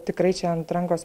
tikrai čia ant rankos